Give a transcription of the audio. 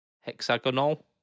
hexagonal